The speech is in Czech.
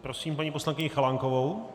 Prosím paní poslankyni Chalánkovou.